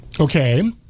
Okay